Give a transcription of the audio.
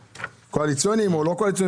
בנטו נשאר להם אולי 450 שקלים בחודש.